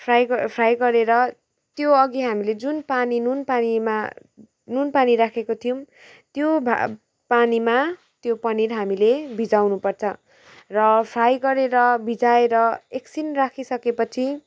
fry गर् fry गरेर त्यो अघि हामीले जुन पानी नुन पानीमा नुन पानी राखेको थियौँ त्यो भा पानीमा त्यो पनिर हामीले भिजाउनु पर्छ र फ्राई गरेर भिजाएर एकछिन राखिसके पछि